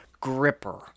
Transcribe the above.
gripper